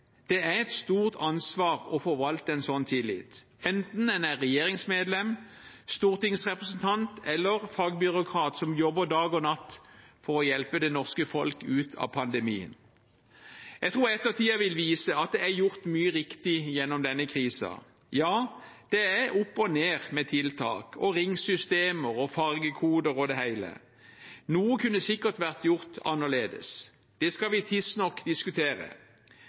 Det er et stort ansvar å forvalte en sånn tillit, enten en er regjeringsmedlem, stortingsrepresentant eller fagbyråkrat, som jobber dag og natt for å hjelpe det norske folk ut av pandemien. Jeg tror ettertiden vil vise at det er gjort mye riktig gjennom denne krisen. Ja, det er opp og ned med tiltak, ringsystemer, fargekoder og det hele. Noe kunne sikkert vært gjort annerledes; det skal vi tidsnok diskutere.